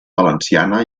valenciana